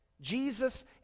Jesus